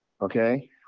okay